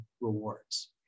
rewards